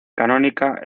canónica